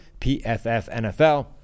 PFFNFL